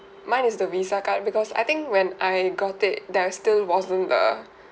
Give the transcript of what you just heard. mine is the visa card because I think when I got it there still wasn't the